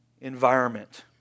environment